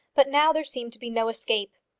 but now there seemed to be no escape.